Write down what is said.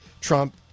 Trump